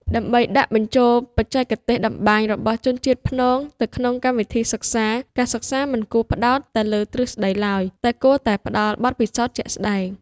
ដើម្បីដាក់បញ្ចូលបច្ចេកទេសតម្បាញរបស់ជនជាតិព្នងទៅក្នុងកម្មវិធីសិក្សា ការសិក្សាមិនគួរផ្តោតតែលើទ្រឹស្តីឡើយ តែគួរតែផ្តល់បទពិសោធន៍ជាក់ស្តែង។